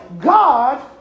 God